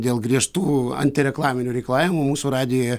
dėl griežtų antireklaminių reikalavimų mūsų radijuje